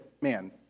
man